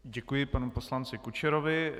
Děkuji panu poslanci Kučerovi.